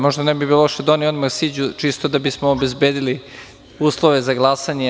Možda ne bi bilo loše da oni odmah siđu, čisto da bismo obezbedili uslove za glasanje.